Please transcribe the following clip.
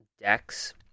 decks